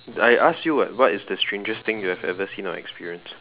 I asked you [what] what is the strangest thing you have ever seen or experienced